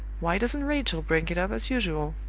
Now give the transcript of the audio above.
why doesn't rachel bring it up as usual?